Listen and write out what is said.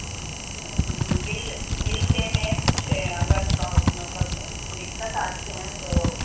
اچھا اچھا bill bill pay میں کچھ اگر پرو مطلب دقت آتی ہیں تو